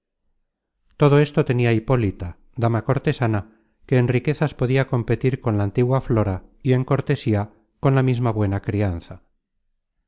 todo esto tenia hipólita dama cortesana que en riquezas podia competir con la antigua flora y en cortesía con la misma buena crianza